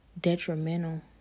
detrimental